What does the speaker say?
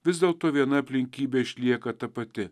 vis dėlto viena aplinkybė išlieka ta pati